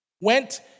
went